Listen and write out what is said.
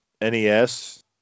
NES